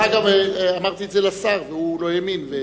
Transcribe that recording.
דרך אגב, אמרתי את זה לשר והוא לא האמין.